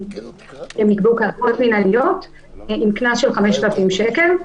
- עבירות מינהליות עם קנס של 5,000 שקל.